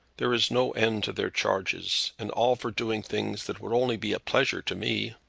there is no end to their charges and all for doing things that would only be a pleasure to me.